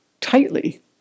tightly